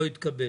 לא התקבל.